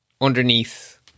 underneath